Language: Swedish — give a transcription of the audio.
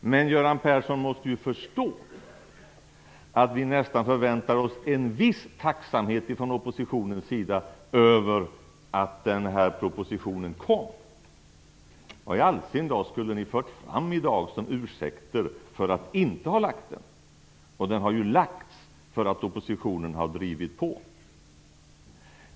Men Göran Persson måste ju förstå att vi nästan förväntar oss en viss tacksamhet från oppositionens sida över att denna proposition kom. Vad i all sin dar skulle ni fört fram i dag som ursäkter för att inte ha lagt fram den? Den har ju framlagts därför att oppositionen har drivit på.